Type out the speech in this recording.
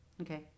Okay